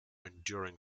enduring